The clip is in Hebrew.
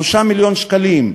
3 מיליון שקלים,